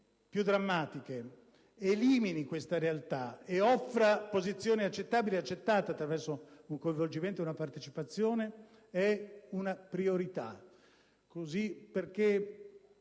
più drammatiche, elimini questa realtà ed offra posizioni accettabili ed accettate attraverso il coinvolgimento e la partecipazione è una priorità. Come lei